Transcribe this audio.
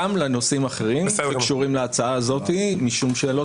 לנושאים האחרים שקשורים להצעה הזאת משום שלא